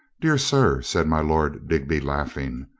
dear sir, said my lord digby, laughing,